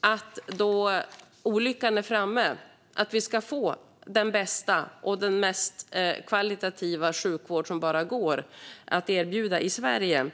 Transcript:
att vi när olyckan är framme ska få den bästa och mest högkvalitativa sjukvård som bara går att erbjuda i Sverige.